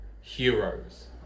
heroes